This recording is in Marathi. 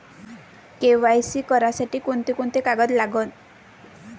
के.वाय.सी करासाठी कोंते कोंते कागद लागन?